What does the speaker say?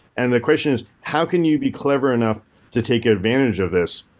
and the equation is how can you be clever enough to take advantage of this?